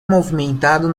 movimentado